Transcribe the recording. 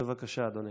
בבקשה, אדוני.